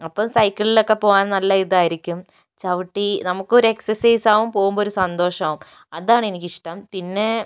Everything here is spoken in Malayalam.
അപ്പോൾ സൈക്കിളിലൊക്കെ പോവാൻ നല്ല ഇതായിരിക്കും ചവിട്ടി നമുക്കൊരെക്സസൈസാവും പോവുമ്പോൾ ഒരു സന്തോഷമാവും അതാണെനിക്കിഷ്ടം പിന്നേ